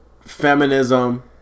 Feminism